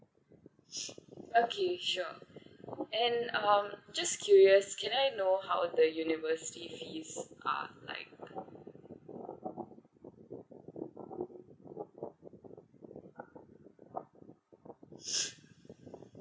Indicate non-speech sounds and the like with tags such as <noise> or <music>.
<noise> okay sure and um just curious can I know how of the university fees are like <noise>